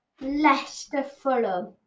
Leicester-Fulham